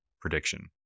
prediction